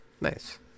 Nice